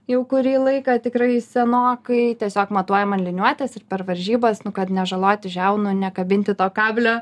jau kurį laiką tikrai senokai tiesiog matuojama liniuotės ir per varžybas nu kad nežaloti žiaunų nekabinti to kablio